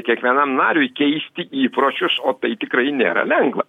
kiekvienam nariui keisti įpročius o tai tikrai nėra lengva